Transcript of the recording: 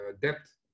depth